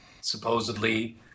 supposedly